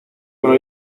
bueno